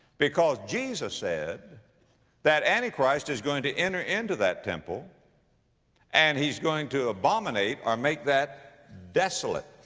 because jesus said that antichrist is going to enter into that temple and he's going to abominate or make that desolate.